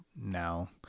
now